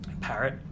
Parrot